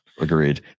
Agreed